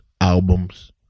Albums